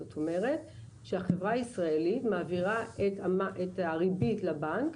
זאת אומרת שהחברה הישראלית מעבירה את הריבית לבנק,